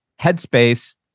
headspace